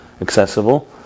accessible